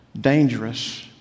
dangerous